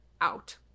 out